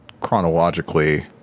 chronologically